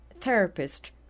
therapist